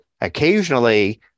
occasionally